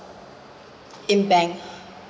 in bank